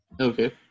okay